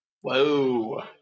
Whoa